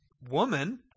woman